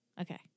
Okay